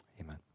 Amen